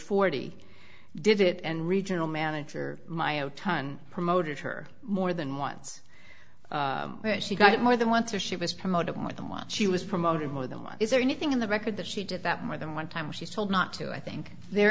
forty did it and regional manager myo tun promoted her more than once but she got it more than once or she was promoted on with a much she was promoted more than why is there anything in the record that she did that more than one time she's told not to i think there